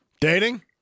dating